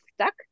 stuck